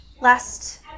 last